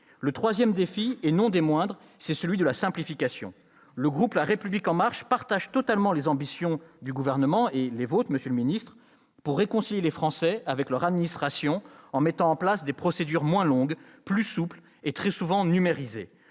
Le troisième défi, et non le moindre, est celui de la simplification. Le groupe La République En Marche partage totalement les ambitions du Gouvernement, en particulier les vôtres, monsieur le ministre, pour réconcilier les Français avec leur administration en mettant en place des procédures moins longues, plus souples et très souvent numérisées.